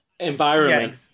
environment